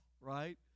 right